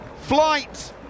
flight